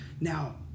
Now